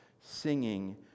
singing